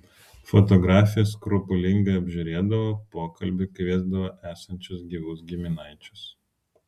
fotografijas skrupulingai apžiūrėdavo pokalbiui kviesdavo esančius gyvus giminaičius